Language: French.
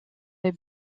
des